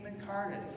incarnate